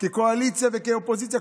כקואליציה וכאופוזיציה,